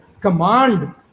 command